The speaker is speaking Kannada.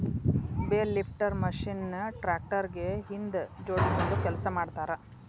ಬೇಲ್ ಲಿಫ್ಟರ್ ಮಷೇನ್ ನ ಟ್ರ್ಯಾಕ್ಟರ್ ಗೆ ಹಿಂದ್ ಜೋಡ್ಸ್ಕೊಂಡು ಕೆಲಸ ಮಾಡ್ತಾರ